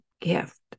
gift